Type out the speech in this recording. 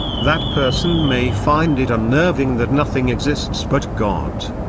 that person may find it unnerving that nothing exists but god.